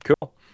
cool